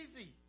easy